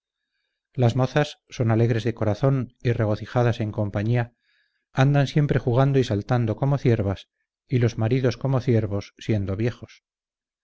las mozas son alegres de corazón y regocijadas en compañía andan siempre jugando y saltando como ciervas y los maridos como ciervos siendo viejos